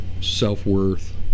self-worth